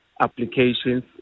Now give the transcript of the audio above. applications